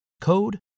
code